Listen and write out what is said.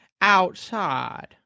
outside